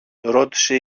ρώτησε